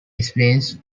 explains